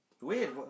weird